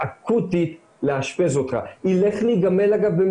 אנחנו כמובן נזמין את כלל הגורמים לתת את דעתם,